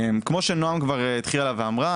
כמו שנועם כבר התחילה ואמרה,